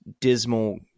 dismal